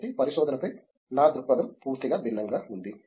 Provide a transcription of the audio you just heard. కాబట్టి పరిశోధనపై నా దృక్పథం పూర్తిగా భిన్నంగా ఉంది